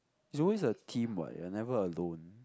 is always a team what you are never alone